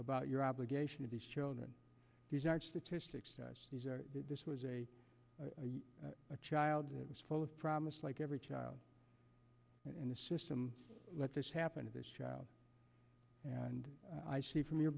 about your obligation to these children this was a child that was full of promise like every child in the system let this happen to this child and i see from your